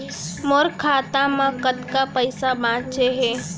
मोर खाता मा कतका पइसा बांचे हे?